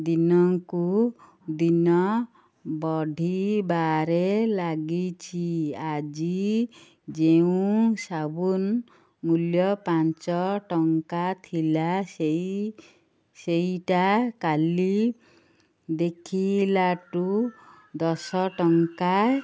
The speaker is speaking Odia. ଦିନକୁ ଦିନ ବଢ଼ିବାରେ ଲାଗିଛି ଆଜି ଯେଉଁ ସାବୁନ ମୂଲ୍ୟ ପାଞ୍ଚ ଟଙ୍କା ଥିଲା ସେଇ ସେଇଟା କାଲି ଦେଖିଲାଟୁ ଦଶ ଟଙ୍କା